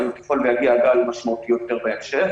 אבל ככל שיגיע גל משמעותי יותר בהמשך,